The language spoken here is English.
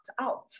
out